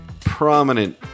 prominent